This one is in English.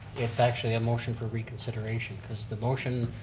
it's actually a motion for reconsideration. cause the motion.